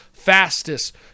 Fastest